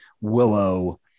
Willow